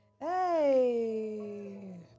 Hey